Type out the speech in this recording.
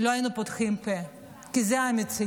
לא היינו פותחים פה, כי זו המציאות.